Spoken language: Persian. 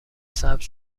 سبز